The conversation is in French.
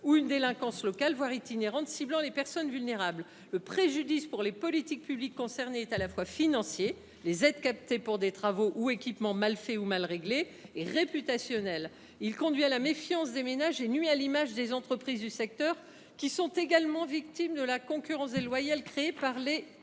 ou d’une délinquance locale, voire itinérante, qui cible les personnes vulnérables. Le préjudice pour les politiques publiques concernées est à la fois financier – les aides sont captées pour financer des travaux ou équipements mal réalisés ou défectueux – et réputationnel. Il conduit à la méfiance des ménages et nuit à l’image des entreprises du secteur, qui sont également victimes de la concurrence déloyale des